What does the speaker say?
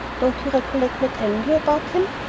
don't you recollect my telling you about him?